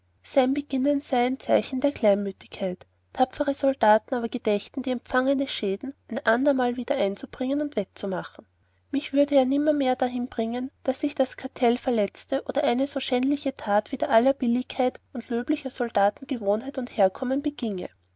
beginnen sei ein zeichen der kleinmütigkeit tapfere soldaten aber gedächten die empfangene schäden ein andermal wieder einzubringen und wettzumachen mich würde er nimmermehr dahin bringen daß ich das kartell verletze oder eine so schändliche tat wider alle billigkeit und löblicher soldaten gewohnheit und herkommen begienge